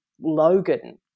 Logan